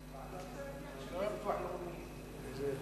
הרווחה והבריאות